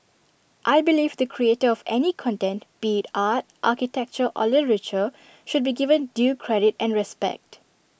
I believe the creator of any content be art architecture or literature should be given due credit and respect